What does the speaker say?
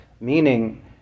Meaning